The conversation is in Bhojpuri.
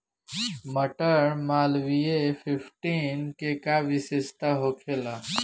मटर मालवीय फिफ्टीन के का विशेषता होखेला?